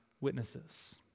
witnesses